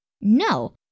No